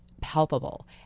palpable